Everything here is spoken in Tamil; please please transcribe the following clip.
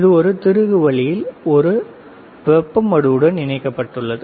இது ஒரு திருகு வழியாக ஒரு வெப்ப மடுவுடன் இணைக்கப்பட்டுள்ளது